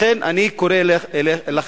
לכן אני קורא לך,